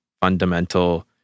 fundamental